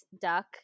duck